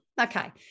okay